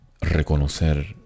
reconocer